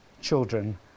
children